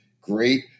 great